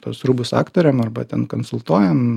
tuos rūbus aktoriam arba ten konsultuojam